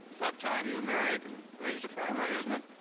about time you married and raised a family, isn't it?